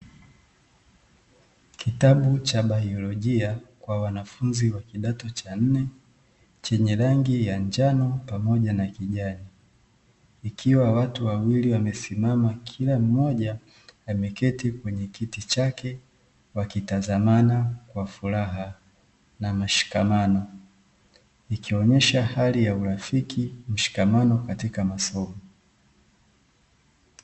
Kitabu cha biolojia kwa wanafunzi wa kidato cha nne chenye rangi ya njano pamoja na kijani, kikiwa na watu wawili wamesimama kila moja akiwa ameketi kwenye kiti chake katika wakitazama kwa furaha na mshikamano ikionesha hali ya urafiki mshikamano katika masomo.